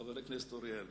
חבר הכנסת אורי אריאל.